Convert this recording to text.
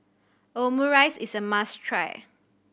Omurice is a must try